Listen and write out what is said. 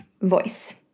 voice